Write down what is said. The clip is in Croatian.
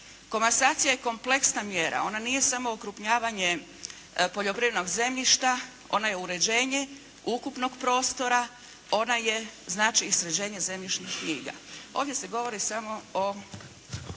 Komasacija je kompleksna mjera. Ona nije samo okrupnjavanje poljoprivrednog zemljišta, ona je uređenje ukupnog prostora, ona je znači i sređenje zemljišnih knjiga. Ovdje se govori samo o